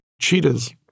cheetahs